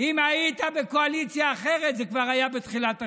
אם היית בקואליציה אחרת, זה כבר היה בתחילת השנה.